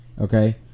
Okay